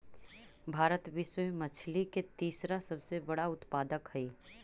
भारत विश्व में मछली के तीसरा सबसे बड़ा उत्पादक हई